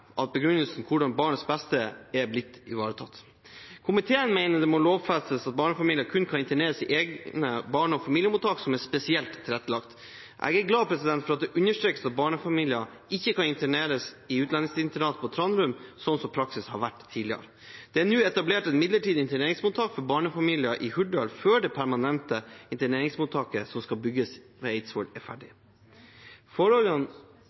begrunnelsen hvordan barnets beste er blitt ivaretatt. Komiteen mener det må lovfestes at barnefamilier kun kan interneres i egne barne- og familiemottak som er spesielt tilrettelagt. Jeg er glad for at det understrekes at barnefamilier ikke kan interneres i utlendingsinternatet på Trandum, som praksis har vært tidligere. Det er nå etablert et midlertidig interneringsmottak for barnefamilier i Hurdal før det permanente interneringsmottaket som skal bygges ved Eidsvoll, er ferdig.